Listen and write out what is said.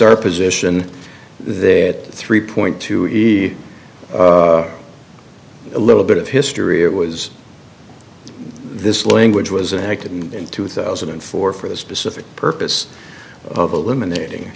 our position there at three point two either a little bit of history it was this language was an accident in two thousand and four for the specific purpose of eliminating